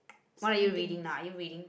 what are you reading now are you reading